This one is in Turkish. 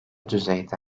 düzeyde